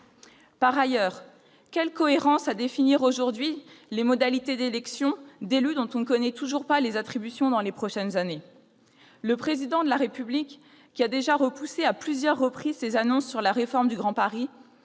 Par ailleurs, quelle cohérence y aurait-il à définir aujourd'hui les modalités d'élection d'élus dont on ne connaît toujours pas les attributions dans les prochaines années ? Le Président de la République, qui a déjà repoussé à plusieurs reprises ses annonces sur la réforme du Grand Paris,